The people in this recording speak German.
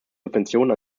subventionen